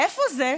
איפה זה?